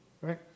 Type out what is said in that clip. right